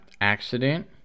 accident